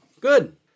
good